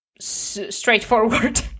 straightforward